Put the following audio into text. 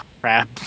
crap